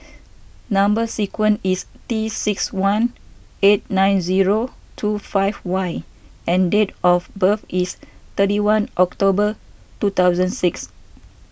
Number Sequence is T six one eight nine zero two five Y and date of birth is thirty one October two thousand six